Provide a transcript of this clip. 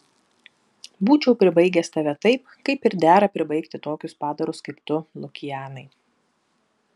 būčiau pribaigęs tave taip kaip ir dera pribaigti tokius padarus kaip tu lukianai